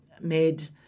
made